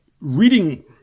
Reading